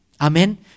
Amen